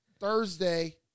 Thursday